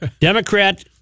Democrat